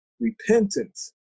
repentance